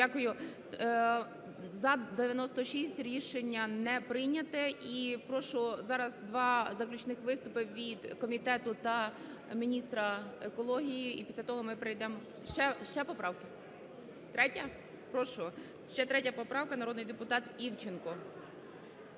Дякую. За - 96, рішення не прийнято. І прошу зараз два заключних виступи від комітету та міністра екології. І після того ми перейдемо… Ще поправка? 3-я? Прошу. Ще 3 поправка, народний депутат Івченко.